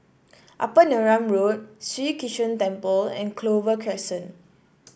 Upper Neram Road Sri Krishnan Temple and Clover Crescent